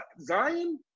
Zion